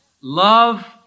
love